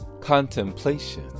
contemplation